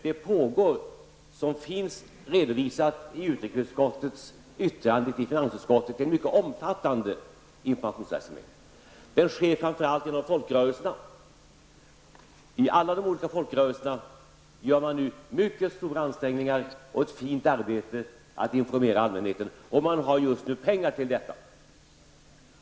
Det pågår, som finns redovisat i utrikesutskottets yttrande till finansutskottet, en mycket omfattande informationsverksamhet. Det sker framför allt genom folkrörelserna. I alla de olika folkrörelserna gör man nu mycket stora ansträngningar och ett fint arbete för att informera allmänheten. Man har just nu pengar till detta.